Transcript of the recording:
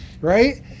right